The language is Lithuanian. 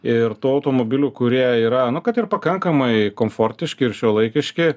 ir tų automobilių kurie yra nu kad ir pakankamai komfortiški ir šiuolaikiški